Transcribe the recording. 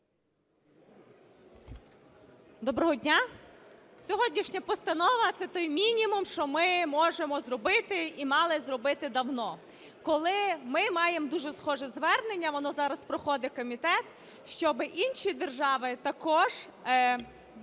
Доброго дня! Сьогоднішня постанова – це той мінімум, що ми можемо зробити і мали зробити давно, коли ми маємо дуже схоже звернення, воно зараз проходить комітет, щоб інші держави також